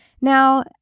Now